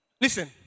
Listen